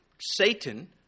Satan